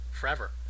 forever